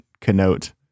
connote